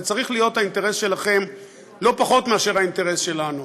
זה צריך להיות האינטרס שלכם לא פחות מאשר האינטרס שלנו.